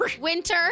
Winter